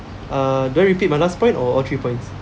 uh do I repeat my last point or all three points